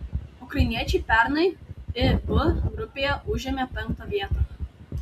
ukrainiečiai pernai ib grupėje užėmė penktą vietą